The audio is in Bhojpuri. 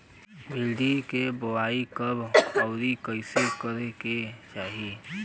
भिंडी क बुआई कब अउर कइसे करे के चाही?